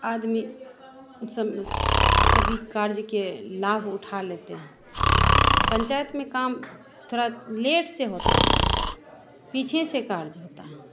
आदमी सब सभी कार्य के लाभ उठा लेते हैं पंचायत में काम थोड़ा लेट से होता है पीछे से कार्य होता है